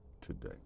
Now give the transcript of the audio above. today